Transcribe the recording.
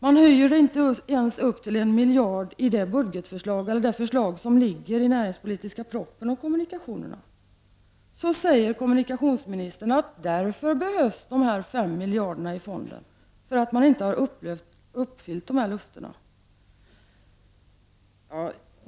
Man höjer inte anslaget till kommunikationerna till en miljard ens enligt förslaget i den näringspolitiska propositionen. Kommunikationsministern säger att de 5 miljarderna i fonden behövs därför att man inte uppfyllt dessa löften.